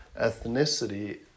Ethnicity